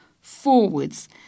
forwards